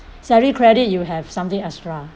salary credit you have something extra